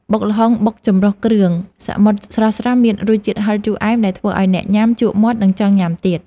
បុកល្ហុងបុកចម្រុះគ្រឿងសមុទ្រស្រស់ៗមានរសជាតិហឹរជូរអែមដែលធ្វើឱ្យអ្នកញ៉ាំជក់មាត់និងចង់ញ៉ាំទៀត។